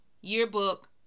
yearbook